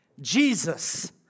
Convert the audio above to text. Jesus